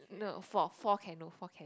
no four four can no four can